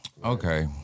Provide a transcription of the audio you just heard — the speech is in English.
Okay